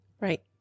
Right